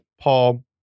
Paul